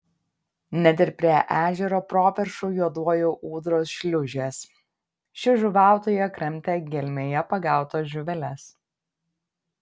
net ir prie ežero properšų juoduoja ūdros šliūžės ši žuvautoja kramtė gelmėje pagautas žuveles